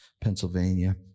Pennsylvania